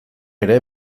ere